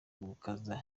gukaza